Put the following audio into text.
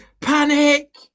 panic